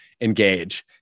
engage